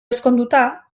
ezkonduta